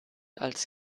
als